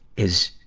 is,